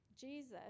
Jesus